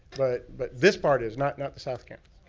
but but this part is. not not the south campus.